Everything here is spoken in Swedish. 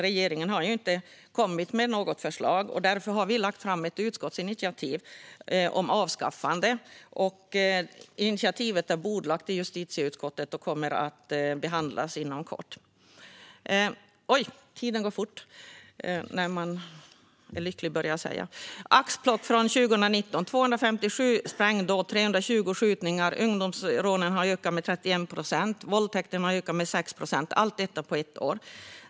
Regeringen har inte kommit med något förslag. Därför har vi lagt fram ett utskottsinitiativ om avskaffande. Initiativet är bordlagt i justitieutskottet och kommer att behandlas inom kort. Oj! Tiden går fort när man är lycklig, började jag säga. Ett axplock från 2019: 257 sprängdåd och 320 skjutningar. Ungdomsrånen har ökat med 31 procent. Våldtäkterna har ökat med 6 procent. Allt detta på ett år.